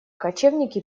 кочевники